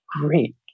great